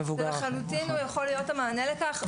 לחלוטין הוא יכול להיות המענה לכך.